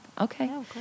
Okay